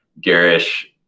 garish